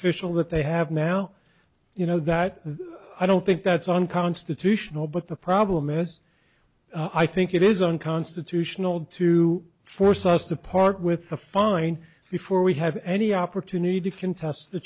al that they have now you know that i don't think that's unconstitutional but the problem is i think it is unconstitutional to force us to part with a fine before we have any opportunity to contest the